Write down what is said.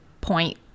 point